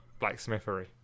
blacksmithery